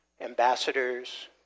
ambassadors